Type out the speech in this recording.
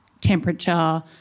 temperature